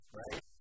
right